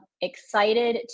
excited